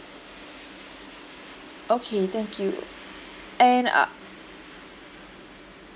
okay thank you and